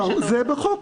ברור, זה בחוק.